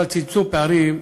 אבל צמצום פערים,